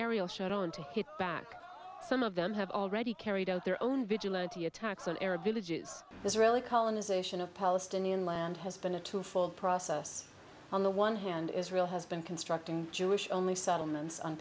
to hit back some of them have already carried out their own vigilante attacks on arab villages israeli colonization of palestinian land has been a two fold process on the one hand israel has been constructing jewish only settlements on